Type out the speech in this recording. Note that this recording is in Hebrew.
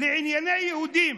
לענייני יהודים.